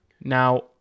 Now